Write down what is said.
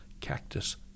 cactus